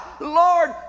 Lord